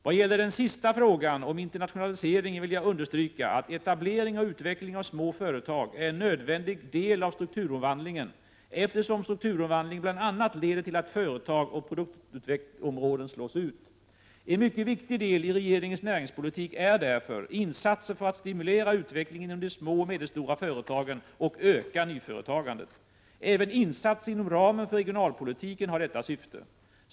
Vad gäller den sista frågan om internationaliseringen vill jag understryka att etablering och utveckling av småföretag är en nödvändig del av strukturomvandlingen, eftersom strukturomvandlingen bl.a. leder till att företag och produktområden slås ut. En mycket viktig del i regeringens näringspolitik är därför insatser för att stimulera utvecklingen inom de små och medelstora företagen och öka nyföretagandet. Även insatser inom ramen för regionalpolitiken har detta syfte.